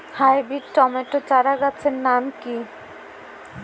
Hybrid tomato চারাগাছের নাম কি?